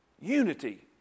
Unity